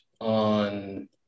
on